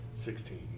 Sixteen